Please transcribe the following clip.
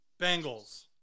Bengals